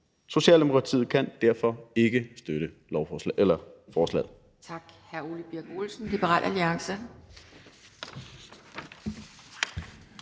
Socialdemokratiet kan derfor ikke støtte forslaget.